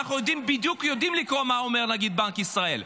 אנחנו יודעים לקרוא בדיוק מה אומר נגיד בנק ישראל.